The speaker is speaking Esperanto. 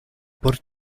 por